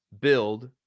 build